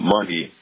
Money